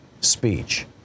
speech